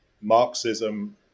Marxism